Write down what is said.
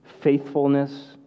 faithfulness